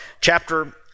chapter